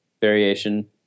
variation